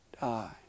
die